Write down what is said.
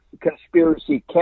conspiracy